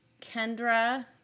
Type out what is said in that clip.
Kendra